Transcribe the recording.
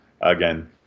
again